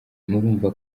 murumva